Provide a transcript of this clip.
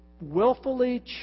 willfully